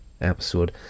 episode